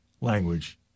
language